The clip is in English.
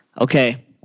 okay